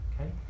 okay